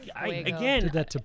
again